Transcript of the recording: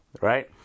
right